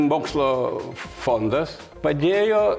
mokslo fondas padėjo